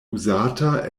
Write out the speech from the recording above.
uzata